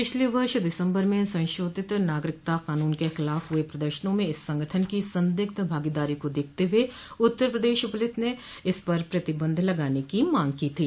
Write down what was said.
पिछले वर्ष दिसम्बर में संशोधित नागरिकता कानून के खिलाफ हुए प्रदर्शनों में इस संगठन की संदिग्ध भागीदारी को देखते हुए उत्तर प्रदेश पुलिस ने इस पर प्रतिबंध लगाने की मांग की थी